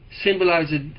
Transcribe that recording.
symbolizes